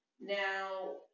Now